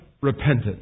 repentance